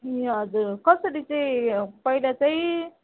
ए हजुर कसरी चाहिँ पहिला चाहिँ